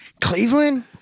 Cleveland